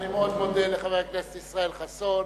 אני מאוד מודה לחבר הכנסת ישראל חסון